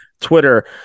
Twitter